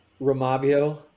romabio